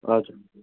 हजुर